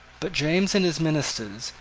but james and his ministers,